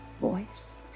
voice